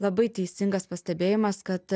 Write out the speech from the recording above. labai teisingas pastebėjimas kad